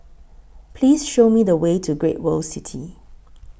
Please Show Me The Way to Great World City